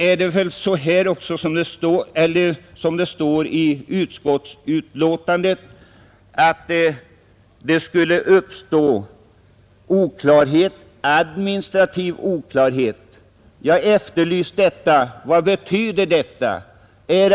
I utskottets betänkande står att det bl.a. skulle medföra ”administrativ oklarhet” att tilldela annan jaktorganisation bidrag. Jag efterlyser en förklaring. Vad betyder detta?